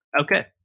Okay